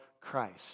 Christ